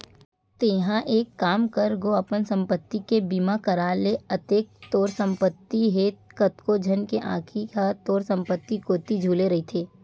तेंहा एक काम कर गो अपन संपत्ति के बीमा करा ले अतेक तोर संपत्ति हे कतको झन के आंखी ह तोर संपत्ति कोती झुले रहिथे